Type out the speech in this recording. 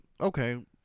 okay